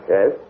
Yes